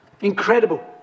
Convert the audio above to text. Incredible